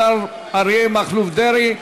השר אריה מכלוף דרעי.